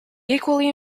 equally